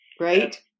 Right